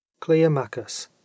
Cleomachus